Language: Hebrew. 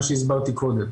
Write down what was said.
מה שהסברתי קודם.